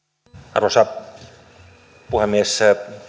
arvoisa puhemies